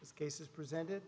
this case is presented